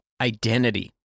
identity